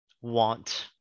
want